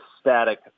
static